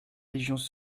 légions